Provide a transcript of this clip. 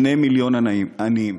2 מיליון עניים,